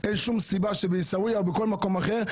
אין שום סיבה שבעיסוויה או בכל מקום אחר,